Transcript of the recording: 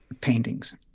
paintings